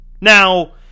Now